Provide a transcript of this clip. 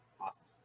Awesome